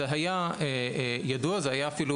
זה היה ידוע, זה היה אפילו